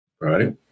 Right